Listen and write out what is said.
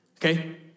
Okay